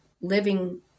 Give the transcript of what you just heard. living